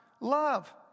love